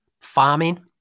Farming